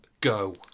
go